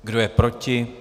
Kdo je proti?